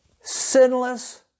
sinless